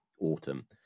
autumn